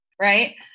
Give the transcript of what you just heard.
Right